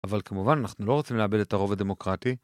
אבל כמובן אנחנו לא רוצים לאבד את הרוב הדמוקרטי